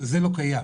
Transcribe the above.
זה לא קיים.